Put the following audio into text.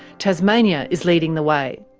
tasmania is leading the way.